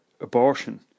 abortion